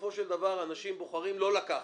בסופו של דבר אנשים בוחרים לא לקחת.